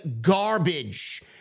garbage